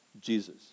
Jesus